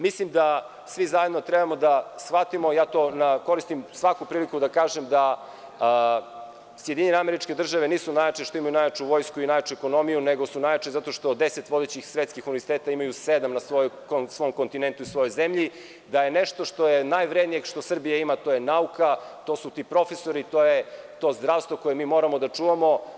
Mislim da svi zajedno treba da shvatimo, koristim svaku priliku da kažem da SAD nisu najjače što imaju najjaču vojsku i najjaču ekonomiju, nego su najjače zato što od deset vodećih svetskih univerziteta imaju sedam na svom kontinentu i svojom zemlji, da je nešto što je najvrednije što Srbija ima nauka, to su ti profesori, to je to zdravstvo koje moramo da čuvamo.